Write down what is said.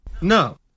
no